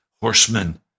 horsemen